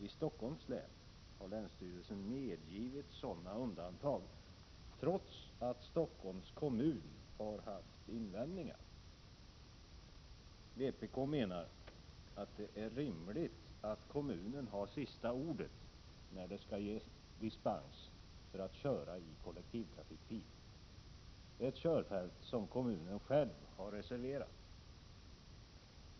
I Stockholms län har länsstyrelsen medgivit sådana undantag, trots att Stockholms kommun har haft invändningar. Vpk menar att det är rimligt att kommunen har sista ordet när det skall ges dispens för att köra i kollektivtrafikfil — ett körfält som kommunen själv har reserverat.